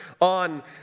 on